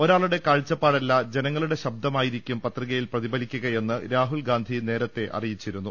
ഒരാളുടെ കാഴ്ച്ചപ്പാടല്ല ജനങ്ങളുടെ ശബ്ദമായിരിക്കും പത്രി കയിൽ പ്രതിഫലിക്കുകയെന്ന് രാഹുൽ ഗാന്ധി നേരത്തെ അറി യിച്ചിരുന്നു